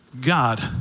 God